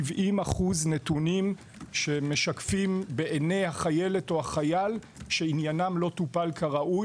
70% נתונים שמשקפים בעיני החיילת או החייל שעניינם לא טופל כראוי.